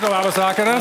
labas vakaras